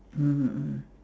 mmhmm mm